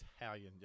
Italian